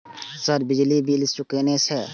Sir बिजली bill चूकेना छे?